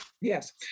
yes